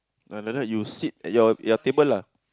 ah like that you sit at your your table lah